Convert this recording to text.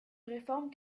réforme